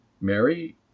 Mary